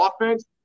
offense